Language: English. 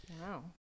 Wow